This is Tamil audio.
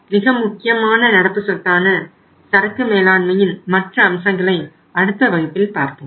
மிக முக்கியமான நடப்புச் சொத்தான சரக்கு மேலாண்மையின் மற்ற அம்சங்களை அடுத்த வகுப்பில் பார்ப்போம்